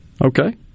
Okay